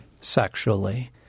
sexually